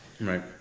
right